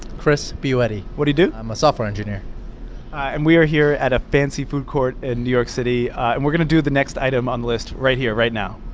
chris buetti what do you do? i'm a software engineer and we are here at a fancy food court in new york city, and we're going to do the next item on the list right here, right now.